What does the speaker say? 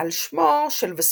על שמו של וספוצ'י.